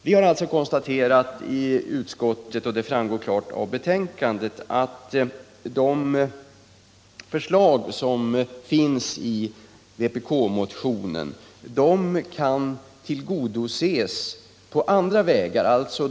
kulturområdet Utskottet har konstaterat, och det framgår också klart i betänkandet, att vpk-motionens förslag kan tillgodoses på andra vägar.